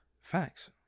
Facts